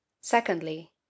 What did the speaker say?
Secondly